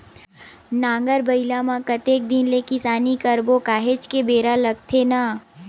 नांगर बइला म कतेक दिन ले किसानी करबो काहेच के बेरा लगथे न